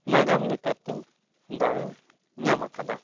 ᱱᱟᱜᱟᱢ ᱞᱮᱠᱟᱛᱮ ᱫᱟᱣᱮ ᱧᱟᱢ ᱠᱟᱫᱟ